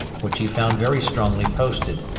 which he found very strongly posted,